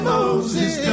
Moses